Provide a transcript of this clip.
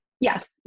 Yes